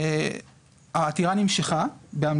אחרי שהחוק נכנס לתוקף.